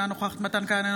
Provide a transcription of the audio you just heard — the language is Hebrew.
אינה נוכחת מתן כהנא,